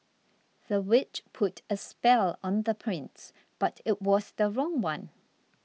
the witch put a spell on the prince but it was the wrong one